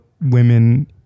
women